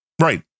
Right